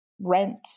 rent